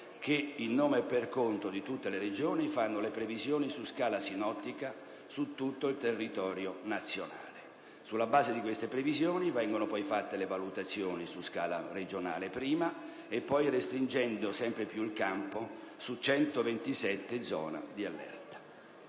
che, in nome e per conto di tutte le Regioni, fanno le previsioni su scala sinottica su tutto il territorio nazionale. Sulla base di queste previsioni vengono poi fatte le valutazioni su scala regionale, prima, e poi, restringendo sempre più il campo, su 127 zone di allerta.